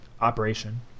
operation